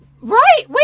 right